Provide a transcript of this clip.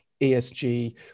ESG